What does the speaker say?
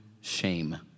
shame